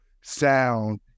sound